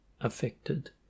affected